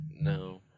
no